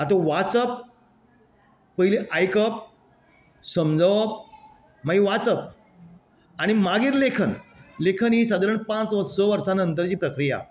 आतां वाचप पयली आयकप समजवप मागीर वाचप आनी मागीर लेखन लेखन ही सादारण पांच स वर्सास नंतरची प्रक्रिया